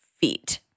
feet